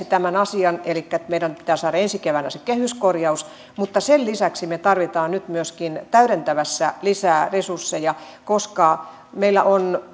tämän asian elikkä että meidän pitää saada ensi keväänä se kehyskorjaus mutta sen lisäksi me tarvitsemme nyt myöskin täydentävässä lisää resursseja koska meillä on